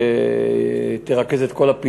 היא תרכז את כל הפעילות,